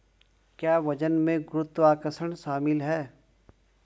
क्या वजन में गुरुत्वाकर्षण शामिल है?